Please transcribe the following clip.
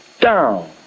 Down